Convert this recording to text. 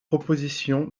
proposition